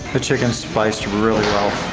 the chicken's spiced really well.